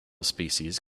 species